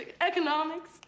Economics